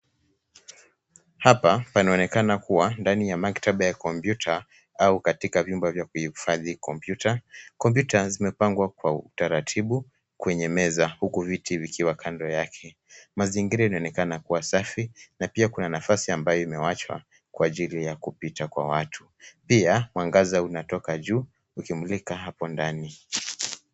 Hapa panaonekana kuwa ndani ya maktaba ya kompyuta au katika vyumba vya kuhifadhi kompyuta. Kompyuta zimepangwa kwa utaratibu kwenye meza huku viti vikiwa kando yake. Mazingira inaoneka kuwa safi na pia kuna nafasi ambayo imeachwa kwa ajili ya kupita kwa watu. Pia mwangaza unatoka juu ukimulika hapo ndani.